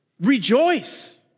Rejoice